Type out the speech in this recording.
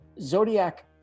Zodiac